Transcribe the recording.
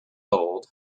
old